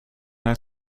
haar